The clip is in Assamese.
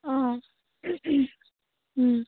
অঁ